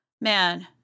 man